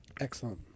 Excellent